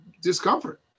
discomfort